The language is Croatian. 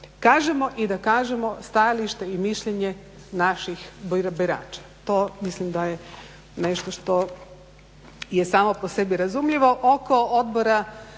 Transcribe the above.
kažemo i da kažemo stajalište i mišljenje naših birača. To mislim da je nešto što je samo po sebi razumljivo. Oko Odbora